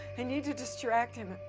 i need to distract him.